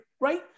right